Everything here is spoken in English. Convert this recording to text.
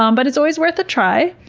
um but it's always worth a try.